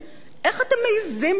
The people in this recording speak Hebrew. איך אתם מעזים בכלל?